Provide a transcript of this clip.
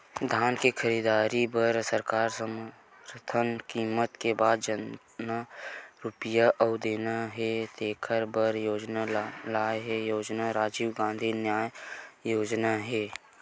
धान के खरीददारी बर सरकार समरथन कीमत के बाद जतना रूपिया अउ देना हे तेखर बर योजना लाए हे योजना राजीव गांधी न्याय योजना हे